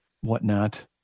whatnot